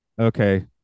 okay